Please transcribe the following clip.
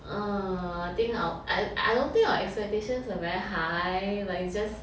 err I think our I I don't think our expectations are very high like just